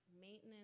Maintenance